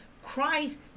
Christ